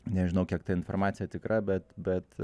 nežinau kiek ta informacija tikra bet bet